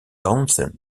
townsend